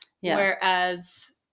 Whereas